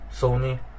Sony